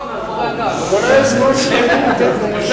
אתם עשיתם אתם עסקאות מאחורי הגב.